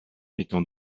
étant